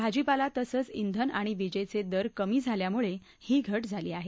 भाजीपाला तसंच श्वेन आणि विजेचे दर कमी झाल्यामुळे ही घट झाली आहे